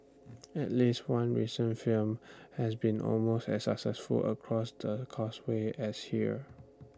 at least one recent film has been almost as successful across the causeway as here